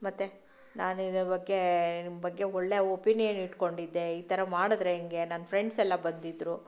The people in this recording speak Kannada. ಮತ್ತು ನಾನು ಇದರ ಬಗ್ಗೆ ನಿಮ್ಮ ಬಗ್ಗೆ ಒಳ್ಳೆಯ ವೊಪಿನಿಯನ್ ಇಟ್ಟುಕೊಂಡಿದ್ದೆ ಈ ಥರ ಮಾಡಿದ್ರೆ ಹೆಂಗೆ ನನ್ನ ಫ್ರೆಂಡ್ಸೆಲ್ಲ ಬಂದಿದ್ದರು